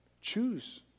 Choose